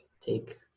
take